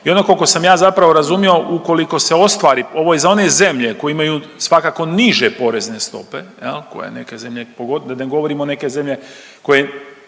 i ono koliko sam ja zapravo razumio, ukoliko se ostvari, ovo je za one zemlje koje imaju svakako niže porezne stope jel, koje neke zemlje, pogo…,